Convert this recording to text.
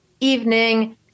evening